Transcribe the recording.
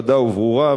חדה וברורה,